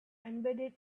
embedded